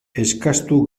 eskastu